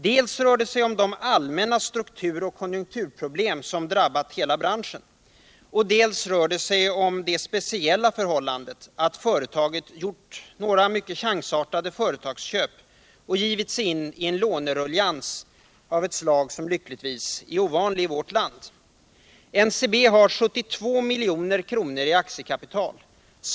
Dels rör det sig om de allmänna strukturoch konjunkturproblem som drabbat hela branschen. Dels rör det sig om det speciella förhållandet att företaget gjort några mycket chansartade företagsköp och givit sig in i en låneruljangs av ett slag som lyckligtvis är ovanligt i vårt land. NCB har 72 milj.kr. i aktiekapital.